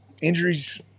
injuries